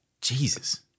Jesus